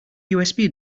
usb